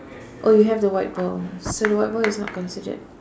oh you have the white ball so the white ball is not considered